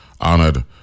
honored